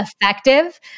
effective